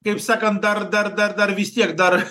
kaip sakant dar dar dar dar vis tiek dar